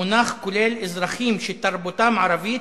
המונח כולל אזרחים שתרבותם ערבית,